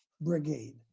brigade